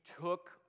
took